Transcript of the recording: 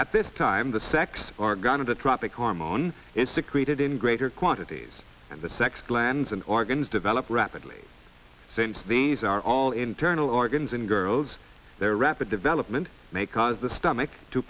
at this time the sex organ of the tropic hormone is secreted in greater quantities and the sex glands and organs develop rapidly since these are all internal organs in girls their rapid development may cause the stomach to